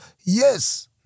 Yes